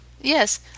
Yes